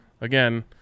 again